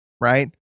right